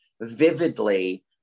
vividly